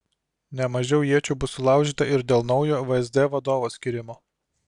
ne mažiau iečių bus sulaužyta ir dėl naujo vsd vadovo skyrimo